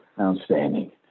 Outstanding